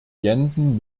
jensen